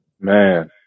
Man